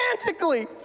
frantically